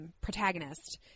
protagonist